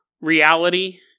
reality